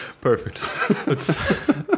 Perfect